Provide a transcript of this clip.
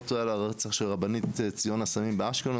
טועה על הרצח של הרבנית ציונה סאמין באשקלון,